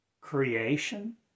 creation